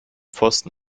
pfosten